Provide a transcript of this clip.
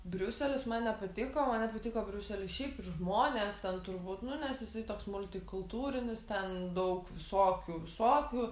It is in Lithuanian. briuselis man nepatiko man nepatiko briusely šiaip ir žmonės ten turbūt nu nes jisai toks multikultūrinis ten daug visokių visokių